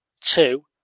Two